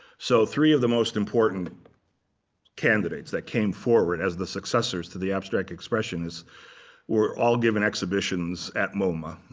so three of the most important candidates that came forward as the successors to the abstract expressionists were all given exhibitions at moma,